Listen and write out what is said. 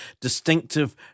distinctive